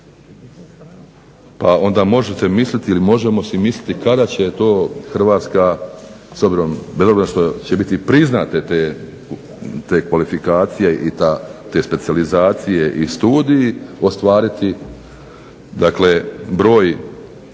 pa onda možete misliti ili možemo si misliti kada će to Hrvatska s obzirom da …/Ne razumije se./… će biti priznate te kvalifikacije i te specijalizacije i studiji ostvariti